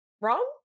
wrong